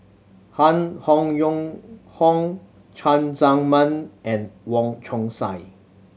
Han Hong Yong Hong Cheng Tsang Man and Wong Chong Sai